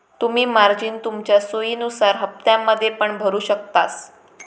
तुम्ही मार्जिन तुमच्या सोयीनुसार हप्त्त्यांमध्ये पण भरु शकतास